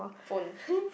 phone